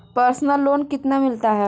Personal loan कितना मिलता है?